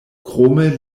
krome